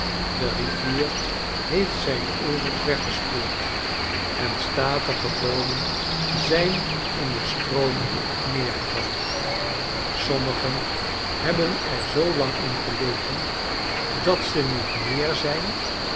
de rivier heeft zijn oevers weggespoeld en statige boomen zijn in den stroom neergevallen sommigen hebben er zoo langin gelegen dat ze niet meer zijn